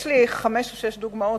יש לי חמש-שש דוגמאות,